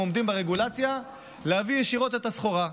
עומדים ברגולציה להביא ישירות את הסחורה.